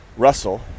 Russell